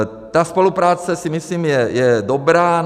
Ta spolupráce, si myslím, je dobrá.